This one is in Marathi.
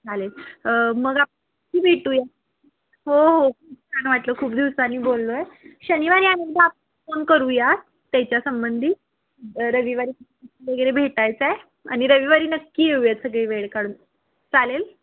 चालेल मग आपण भेटूया हो हो छान वाटलं खूप दिवसांनी बोललो आहे शनिवारी आणि एकदा आपण फोन करूया त्याच्या संंबंधी रविवारी वगैरे भेटायचं आहे आणि रविवारी नक्की येऊयात सगळे वेळ काढून चालेल